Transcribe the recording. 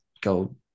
go